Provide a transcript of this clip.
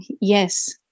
yes